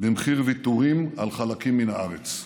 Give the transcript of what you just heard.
במחיר ויתורים על חלקים מן הארץ.